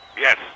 Yes